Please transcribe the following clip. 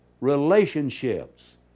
relationships